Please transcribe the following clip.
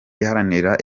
iharanira